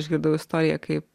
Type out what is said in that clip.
išgirdau istoriją kaip